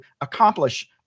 accomplish